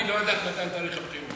בבניין, והיא לא יודעת מה תאריך הבחירות.